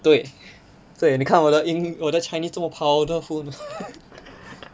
对对你看我的英我的 chinese 这么 powerful 的